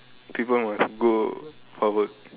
people must go for work